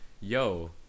Yo